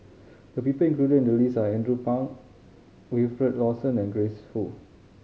the people included in the list are Andrew Phang Wilfed Lawson and Grace Fu